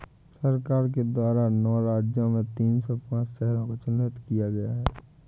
सरकार के द्वारा नौ राज्य में तीन सौ पांच शहरों को चिह्नित किया है